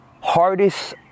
hardest